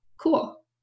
cool